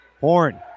Horn